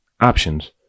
options